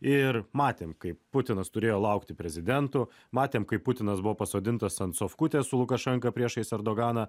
ir matėm kaip putinas turėjo laukti prezidentų matėm kaip putinas buvo pasodintas ant sofkutės su lukašenka priešais erdoganą